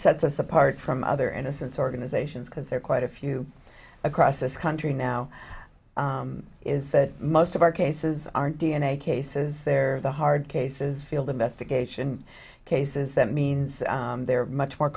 sets us apart from other innocence organizations because they're quite a you across this country now is that most of our cases aren't d n a cases they're the hard cases field investigation cases that means they're much more